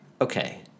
Okay